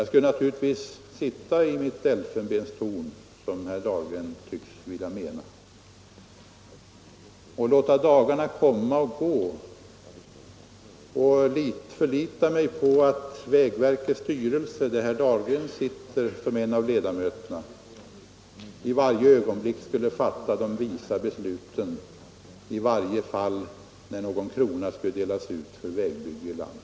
Då skulle jag sitta i mitt elfenbenstorn — som herr Dahlgren tycktes mena — och låta dagarna komma och gå och förlita mig på att vägverkets styrelse, där herr Dahlgren är en av ledamöterna, skulle fatta de visa beslut som behövs varje gång som någon krona skall fördelas till något vägbygge i landet.